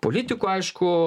politikų aišku